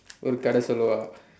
ஒரு கதை சொல்லவா:oru kathai sollavaa